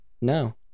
No